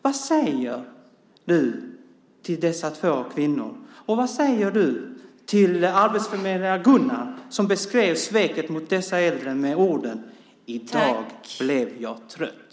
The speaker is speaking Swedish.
Vad säger du till dessa två kvinnor? Vad säger du till arbetsförmedlaren Gunnar som beskrev sveket mot dessa äldre med orden: I dag blev jag trött.